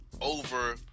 over